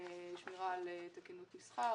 שמירה על תקינות מסחר,